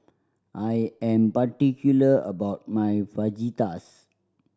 I am particular about my Fajitas